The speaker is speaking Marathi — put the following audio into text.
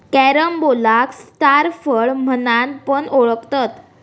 कॅरम्बोलाक स्टार फळ म्हणान पण ओळखतत